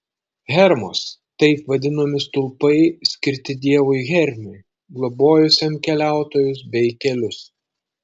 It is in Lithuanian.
hermos taip vadinami stulpai skirti dievui hermiui globojusiam keliautojus bei kelius